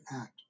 act